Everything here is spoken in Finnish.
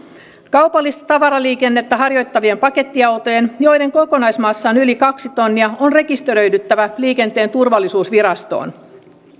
kaupallista tavaraliikennettä harjoittavien pakettiautojen joiden kokonaismassa on yli kaksi tonnia on rekisteröidyttävä liikenteen turvallisuusvirastoon